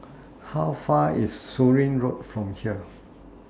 How Far IS Surin Road from here